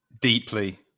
deeply